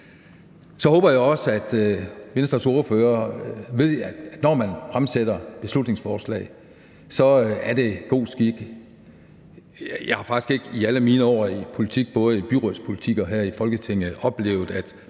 Så håber jeg også, at Venstres ordfører ved, at når man fremsætter beslutningsforslag, er det god skik at anvise finansiering. Jeg har faktisk ikke i alle mine år i politik, hverken i byrådspolitik eller her i Folketinget, oplevet, at